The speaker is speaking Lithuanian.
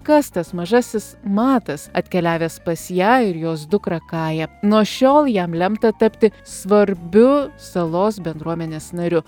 kas tas mažasis matas atkeliavęs pas ją ir jos dukrą kają nuo šiol jam lemta tapti svarbiu salos bendruomenės nariu